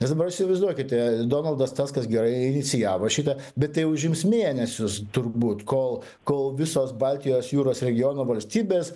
nes dabar įsivaizduokite donaldas taskas gerai inicijavo šitą bet tai užims mėnesius turbūt kol kol visos baltijos jūros regiono valstybės